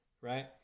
right